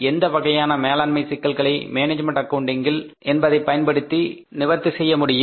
எந்த வகையான மேலாண்மை சிக்கல்களை மேனேஜ்மெண்ட் அக்கவுண்டிங் என்பதை பயன்படுத்தி நிவர்த்தி செய்ய முடியும்